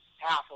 half